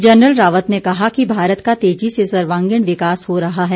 general Rawat ने कहा कि भारत का तेजी से सर्वागीण विकास हो रहा है